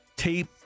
tape